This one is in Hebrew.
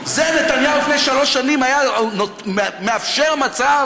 נתניהו לפני שלוש שנים היה מאפשר מצב